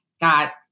got